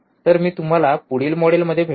तर मी तुम्हाला पुढील मॉड्यूलमध्ये भेटेन